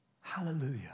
hallelujah